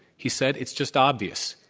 he said, it's just obvious.